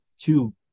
two